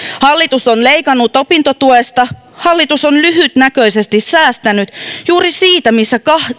hallitus on leikannut opintotuesta hallitus on lyhytnäköisesti säästänyt juuri siitä missä